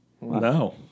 No